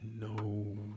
No